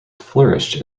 flourished